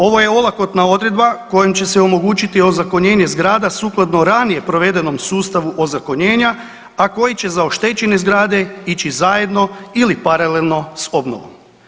Ovo je olakotna odredba kojom će se omogućiti ozakonjenje zgrada sukladno ranije provedenom sustavu ozakonjenja, a koji će za oštećene zgrade ići zajedno ili paralelno s obnovom.